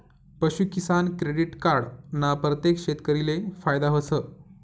पशूकिसान credit card ना परतेक शेतकरीले फायदा व्हस